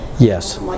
Yes